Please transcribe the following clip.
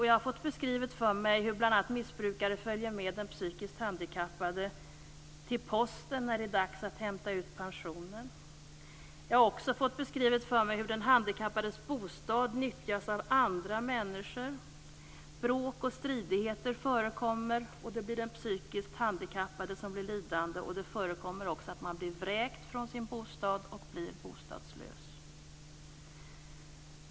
Jag har fått beskrivet för mig hur bl.a. missbrukare följer med den psykiskt handikappade till posten när det är dags att hämta ut pensionen. Jag har också fått beskrivet för mig hur den handikappades bostad nyttjas av andra människor. Bråk och stridigheter förekommer, och det blir den psykiskt handikappade som blir lidande. Det förekommer också att man blir vräkt från sin bostad och blir bostadslös.